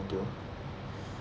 to do